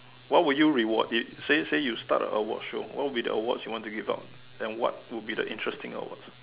what would you reward it say say you start a award show what would be the awards you want to give out and what would be the interesting awards